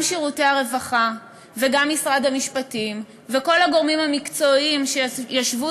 גם שירותי הרווחה וגם משרד המשפטים וכל הגורמים המקצועיים שישבו